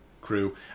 crew